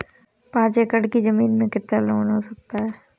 पाँच एकड़ की ज़मीन में कितना लोन हो सकता है?